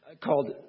called